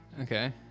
Okay